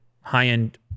high-end